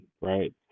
right